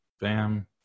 Bam